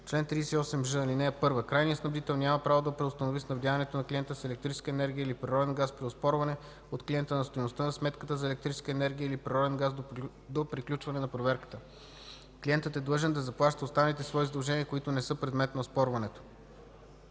Чл. 38ж. (1) Крайният снабдител няма право да преустанови снабдяването на клиента с електрическа енергия или природен газ при оспорване от клиента на стойността на сметката за електрическа енергия или природен газ, до приключване на проверката. Клиентът е длъжен да заплаща останалите свои задължения, които не са предмет на оспорването.